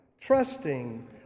trusting